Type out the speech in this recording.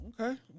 okay